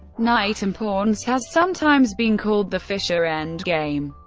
knight, and pawns has sometimes been called the fischer endgame,